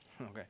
okay